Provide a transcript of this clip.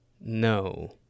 no